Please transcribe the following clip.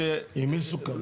עם מי סוכם?